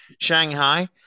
Shanghai